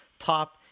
top